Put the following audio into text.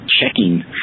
checking